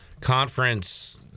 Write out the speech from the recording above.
conference